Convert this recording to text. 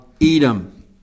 Edom